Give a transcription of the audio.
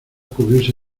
cubrirse